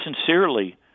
sincerely